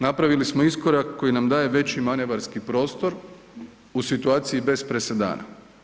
Napravili smo iskorak koji nam dalje veći manevarski prostor u situaciji bez presedana.